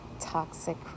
toxic